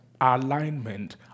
alignment